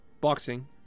boxing